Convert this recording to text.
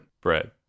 bread